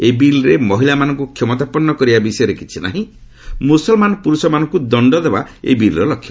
ଏହି ବିଲ୍ରେ ମହିଳାମାନଙ୍କୁ କ୍ଷମତାପନ୍ନ କରିବା ବିଷୟରେ କିଛି ନାହିଁ ମୁସଲମାନ ପୁରୁଷମାନଙ୍କୁ ଦଣ୍ଡ ଦେବା ଏହି ବିଲ୍ର ଲକ୍ଷ୍ୟ